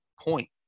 point